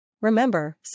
Remember